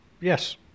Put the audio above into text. yes